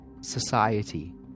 society